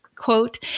quote